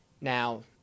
Now